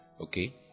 Okay